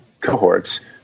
cohorts